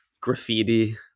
graffiti